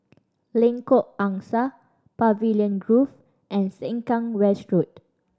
Lengkok Angsa Pavilion Grove and Sengkang West Road